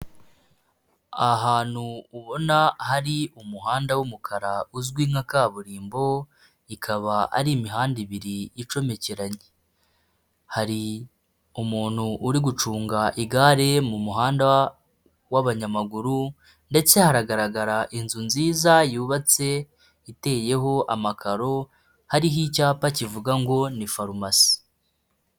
Ahantu ubona hari umuhanda w'umukara uzwi nka kaburimbo, ikaba ari imihanda ibiri icomekeranye, hari umuntu uri gucunga igare mu muhanda w'abanyamaguru ndetse haragaragara inzu nziza yubatse iteyeho amakaro hariho icyapa kivuga ngo ni farumasi.